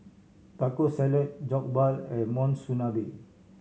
Taco Salad Jokbal and Monsunabe